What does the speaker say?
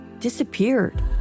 disappeared